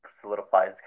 solidifies